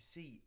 See